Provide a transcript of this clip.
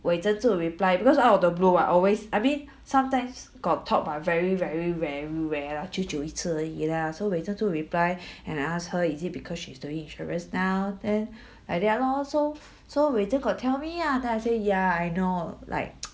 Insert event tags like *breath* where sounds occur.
wei zhen 就 reply because out of the blue what always I mean sometimes got talk but very very very rare lah 久久一次而已啦 so wei zhen 就 reply *breath* and ask her is it because she is doing insurance now then *breath* like that lor so *breath* so wei zhen got tell me lah then I say ya I know like *noise*